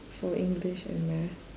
for english and math